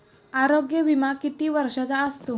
आरोग्य विमा किती वर्षांचा असतो?